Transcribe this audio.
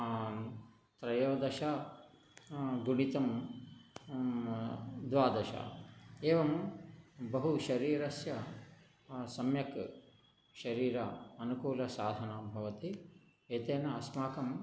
त्रयोदश गुणितं द्वादश एवं बहु शरीरस्य सम्यक् शरीर अनुकूलसाधना भवति एतेन अस्माकं